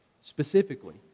specifically